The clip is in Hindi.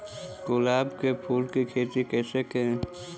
गुलाब के फूल की खेती कैसे करें?